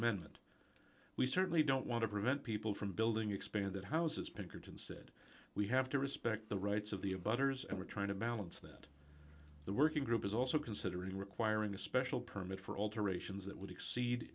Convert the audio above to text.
amendment we certainly don't want to prevent people from building expanded houses pinkerton said we have to respect the rights of the a butter's and we're trying to balance that the working group is also considering requiring a special permit for alterations that would exceed